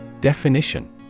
Definition